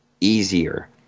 easier